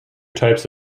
types